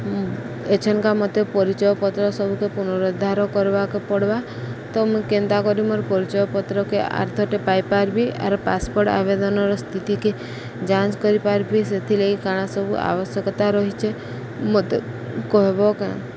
ଏଛେନକା ମୋତେ ପରିଚୟ ପତ୍ର ସବୁକେ ପୁନରୁଦ୍ଧାର କରିବାକେ ପଡ୍ବା ତ ମୁଁ କେନ୍ତା କରି ମୋର ପରିଚୟ ପତ୍ରକେ ଆର୍ଥର୍ଟେ ପାଇପାରିବି ଆର ପାସପୋର୍ଟ ଆବେଦନର ସ୍ଥିତିକେ ଯାଞ୍ଚ କରିପାରିବି ସେଥିଲାଗି କାଣା ସବୁ ଆବଶ୍ୟକତା ରହିଚେ ମୋତେ କହିବ କି